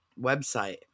website